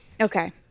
Okay